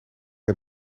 het